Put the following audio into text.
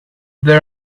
there